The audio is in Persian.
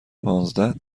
پانزده